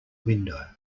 window